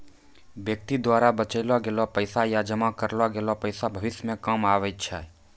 व्यक्ति द्वारा बचैलो गेलो पैसा या जमा करलो गेलो पैसा भविष्य मे काम आबै छै